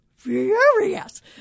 Furious